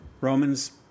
Roman's